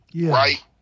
Right